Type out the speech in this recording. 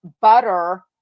butter